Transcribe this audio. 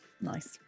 nice